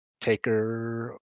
Taker